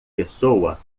pessoa